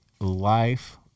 life